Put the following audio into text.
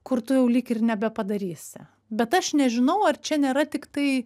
kur tu jau lyg ir nebepadarysi bet aš nežinau ar čia nėra tiktai